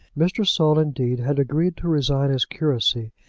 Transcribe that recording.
mr. saul, indeed, had agreed to resign his curacy,